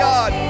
God